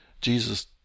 Jesus